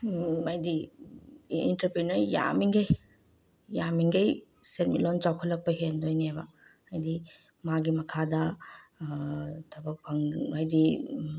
ꯍꯥꯏꯗꯤ ꯑꯦꯟꯇꯔꯄ꯭ꯔꯦꯅꯔ ꯌꯥꯝꯃꯤꯈꯩ ꯌꯥꯝꯃꯤꯈꯩ ꯁꯦꯟꯃꯤꯠꯂꯣꯟ ꯆꯥꯎꯈꯠꯂꯛꯄ ꯍꯦꯟꯗꯣꯏꯅꯦꯕ ꯍꯥꯏꯗꯤ ꯃꯥꯒꯤ ꯃꯈꯥꯗ ꯊꯕꯛ ꯍꯥꯏꯗꯤ